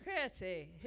Chrissy